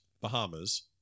Bahamas